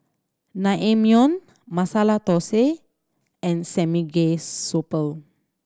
Naengmyeon Masala Dosa and Samgyeopsal